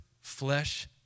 flesh